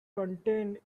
contained